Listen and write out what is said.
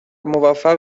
موفق